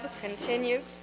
continued